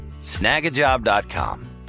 snagajob.com